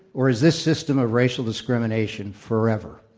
or is this system of racial discrimination forever?